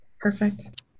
perfect